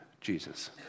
Jesus